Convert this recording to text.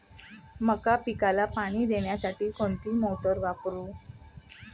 मका पिकाला पाणी देण्यासाठी कोणती मोटार वापरू?